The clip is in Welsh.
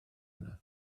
yna